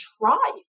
try